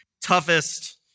toughest